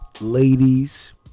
Ladies